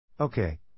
Okay